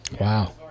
Wow